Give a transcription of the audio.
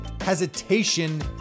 hesitation